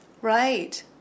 Right